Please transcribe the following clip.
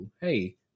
Hey